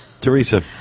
Teresa